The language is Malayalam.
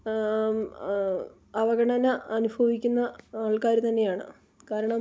അവഗണന അനുഭവിക്കുന്ന ആൾക്കാർ തന്നെയാണ് കാരണം